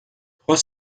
trois